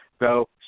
go